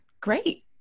great